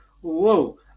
Whoa